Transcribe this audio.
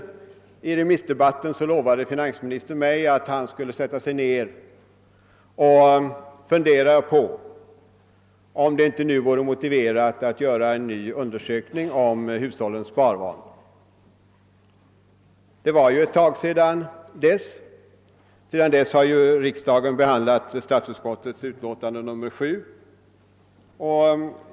Under remissdebatten lovade han mig att han skulle fundera på om det inte vore motiverat att göra en ny undersökning angående hushållens sparvanor. Sedan dess har det gått en tid och riksdagen har behandlat statsutskottets utlåtande nr 7.